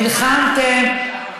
נלחמתם,